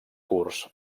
curts